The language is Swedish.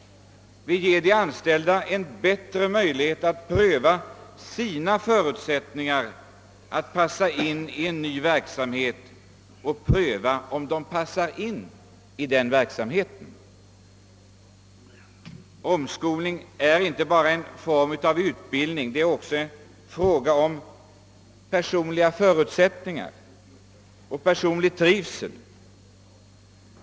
Vi ger de anställda bättre möjligheter att pröva sina förutsättningar att passa in i en ny verksamhet. Omskolning är inte bara en form av utbildning utan också en fråga om personliga förutsättningar och personlig trivsel.